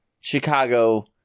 Chicago